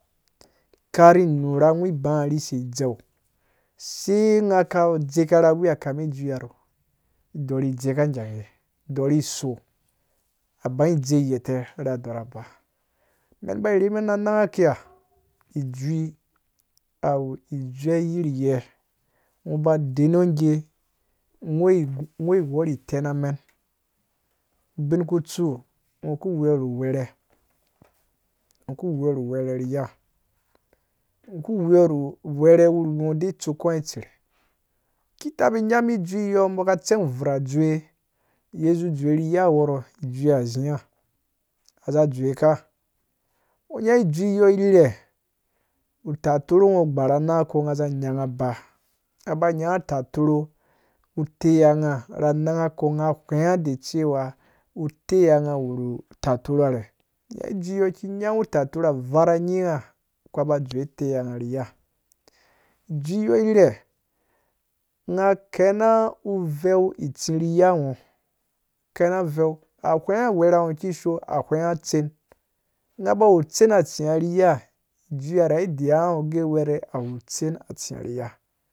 Kari nu na gwiba ri sei dzeu sai nghaka dzeka ra wuya kamin iyui rɔɔ dorhi dzeka gagee derhi so abanji dze gheta re darha ba. men ba rhi men na nangha kiya ijui awu ijue yirye nghoba denɔ gee ngho gu ngho wuwɔ ri tenamen ubin kutsu ngho ku wewo nu wɛrɛ ku wewo rhu wɛrɛ rhu ya. ku wewo ru wɛrɛ wuriwi de stuko ngha itser ki tebi nyam jui yɔɔ bɔka tser ovur adzewe yei zu dzewe ri ya wɔɔrɔɔ ijui ha aziya za dzowuka nya jui yɔɔ rhire tatorho ngho gba na nangha kɔ ngho za nyenghaba na nangha kɔ ngha za nyenghaba ba tatorho utaiya na nangha ko ngha ghwengha da cewa taiya ngha wuru tatorho ha re nya jui yɔɔ ki nyanghi tatorhoha va ra nyingha kũ ba dzewe ru taiya ngha ri ya ijui yɔɔ rhire ngha kasa uveu tsi ru yangho ken na aveu a ghwengha werha ngho kisho a ghwengha tsen ngha bawu tser atsiya ri ya ijui re i dewa ngho gee were awu tser a tsiya ri ya